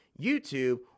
YouTube